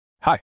Hi